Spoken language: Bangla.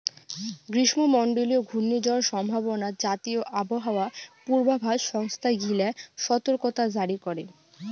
গ্রীষ্মমণ্ডলীয় ঘূর্ণিঝড় সম্ভাবনা জাতীয় আবহাওয়া পূর্বাভাস সংস্থা গিলা সতর্কতা জারি করে